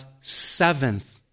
seventh